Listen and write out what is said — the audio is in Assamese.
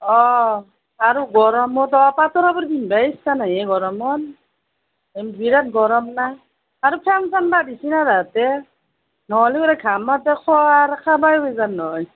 অ আৰু গৰমতো পাতৰ কাপোৰ পিন্ধাৰ ইচ্ছা নায়েই এই গৰমত বিৰাট গৰম না আৰু ফেন চেন বা দিছেনে তাঁহাতে নহ'লে বাৰু ঘামতে খোৱাৰ খাবাৰয়ে ভেজান নহয়